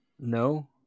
No